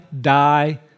die